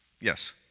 Yes